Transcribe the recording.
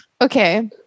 Okay